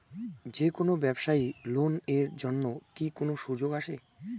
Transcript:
যে কোনো ব্যবসায়ী লোন এর জন্যে কি কোনো সুযোগ আসে?